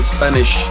Spanish